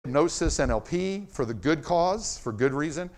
נוסס NLP, for the good cause, for good reason.